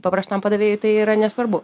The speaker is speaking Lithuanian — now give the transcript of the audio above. paprastam padavėjui tai yra nesvarbu